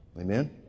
Amen